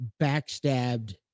backstabbed